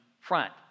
front